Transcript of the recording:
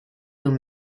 room